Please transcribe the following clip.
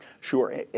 Sure